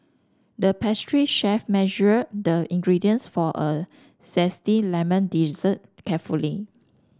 the pastry chef measured the ingredients for a zesty lemon dessert carefully